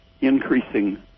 increasing